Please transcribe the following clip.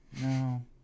no